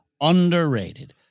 underrated